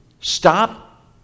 Stop